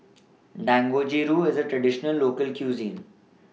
Dangojiru IS A Traditional Local Cuisine